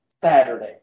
Saturday